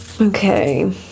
Okay